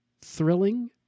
thrilling